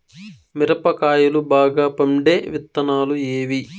మిరప కాయలు బాగా పండే విత్తనాలు ఏవి